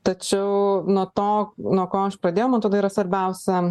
tačiau nuo to nuo ko aš pradėjau man atrodo yra svarbiausia